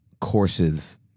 courses